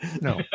No